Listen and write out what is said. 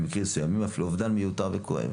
ובמקרים מסוימים אפילו לאובדן מיותר וכואב.